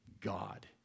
God